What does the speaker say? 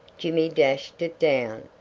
jimmy dashed it down,